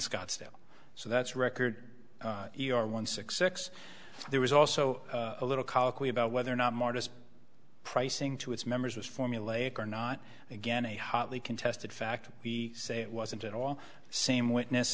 scottsdale so that's record e r one six six so there was also a little colloquy about whether or not modest pricing to its members was formulaic or not again a hotly contested fact we say it wasn't at all same witness